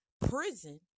prison